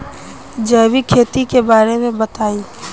जैविक खेती के बारे में बताइ